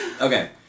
Okay